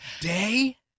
Day